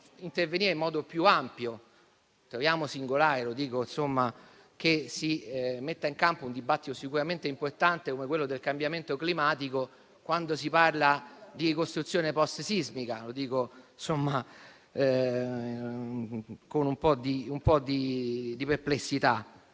intervenire in modo più ampio. Troviamo singolare che si metta in campo un dibattito, sicuramente importante, come quello sul cambiamento climatico, quando si parla di ricostruzione post-sismica: lo dico con un po' di perplessità.